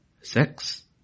sex